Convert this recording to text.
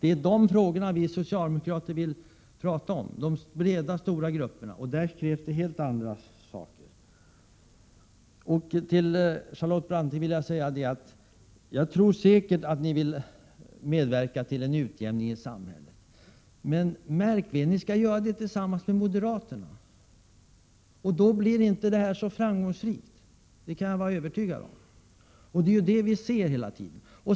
Vi socialdemokrater vill tala om frågor som rör de breda, stora grupperna, och där krävs helt andra saker. Till Charlotte Branting vill jag säga att jag säkert tror att ni vill medverka till en utjämning i samhället. Men, märk väl, ni skall göra det tillsammans med moderaterna, och då blir det inte så framgångsrikt, det kan ni vara övertygade om. Det är detta vi ser hela tiden.